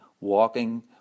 walking